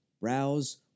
browse